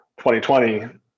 2020